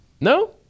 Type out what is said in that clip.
No